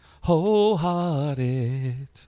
Wholehearted